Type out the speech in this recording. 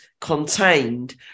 contained